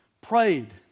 prayed